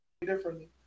differently